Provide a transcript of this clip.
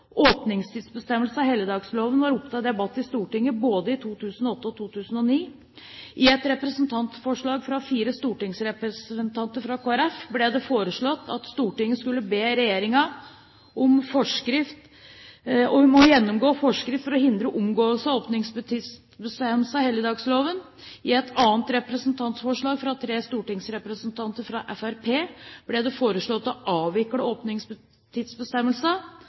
Åpningstidsbestemmelsene i helligdagsfredloven var oppe til debatt i Stortinget både i 2008 og 2009. I et representantforslag fra fire stortingsrepresentanter fra Kristelig Folkeparti ble det foreslått at Stortinget skulle be regjeringen gjennom forskrift hindre omgåelse av åpningstidsbestemmelsene i helligdagsfredloven. I et annet representantforslag fra tre stortingsrepresentanter fra Fremskrittspartiet ble det foreslått å avvikle